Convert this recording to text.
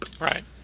Right